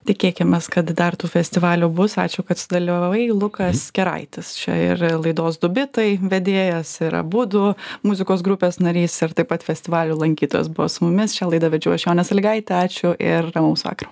tikėkimės kad dar tų festivalių bus ačiū kad sudalyvavai lukas keraitis ir laidos du bitai vedėjas ir abudu muzikos grupės narys ir taip pat festivalių lankytojas buvo su mumis šią laidą vedžiau aš jonė sąlygaitė ačiū ir ramaus vakaro